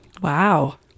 Wow